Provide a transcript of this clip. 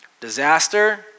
Disaster